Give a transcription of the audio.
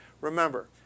Remember